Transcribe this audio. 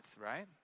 right